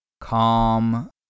calm